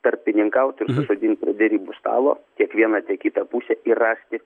tarpininkaut ir susodint prie derybų stalo tiek vieną tiek kitą pusę ir rasti